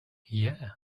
yeah